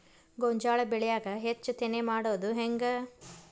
ಗೋಂಜಾಳ ಬೆಳ್ಯಾಗ ಹೆಚ್ಚತೆನೆ ಮಾಡುದ ಹೆಂಗ್?